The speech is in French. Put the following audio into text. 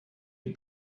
une